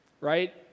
Right